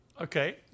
Okay